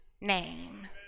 name